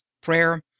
Prayer